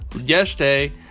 Yesterday